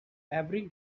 every